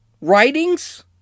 writings—